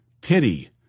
Pity